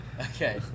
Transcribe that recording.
Okay